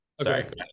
sorry